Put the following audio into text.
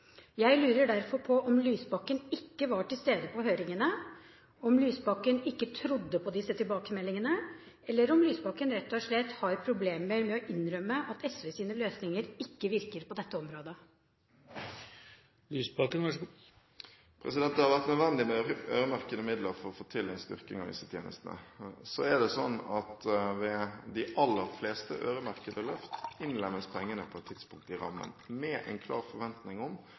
Jeg lurer derfor på om Lysbakken ikke var til stede på høringen, om Lysbakken ikke trodde på disse tilbakemeldingene, eller om Lysbakken rett og slett har problemer med å innrømme at SVs løsninger ikke virker på dette området. Det har vært nødvendig med øremerkede midler for å få til en styrking av helsetjenestene. Så er det sånn at ved de aller fleste øremerkede løft innlemmes pengene på et tidspunkt i rammen, med en klar forventning om